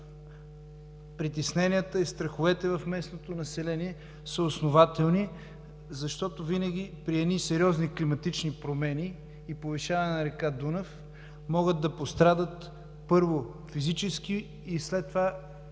притесненията и страховете в местното население са основателни, защото винаги при едни сериозни климатични промени и повишаване на река Дунав могат да пострадат първо физически и след това